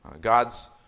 God's